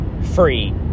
free